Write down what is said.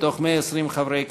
מ-120 חברי כנסת,